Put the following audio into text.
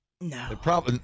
No